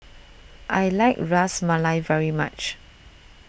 I like Ras Malai very much